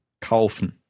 Kaufen